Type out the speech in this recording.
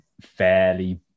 fairly